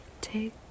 Take